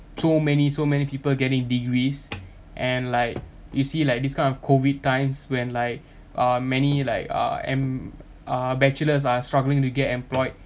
so many so many people getting degrees and like you see like this kind of COVID times when like uh many like uh em~ uh bachelors are struggling to get employed